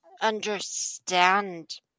understand